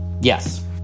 Yes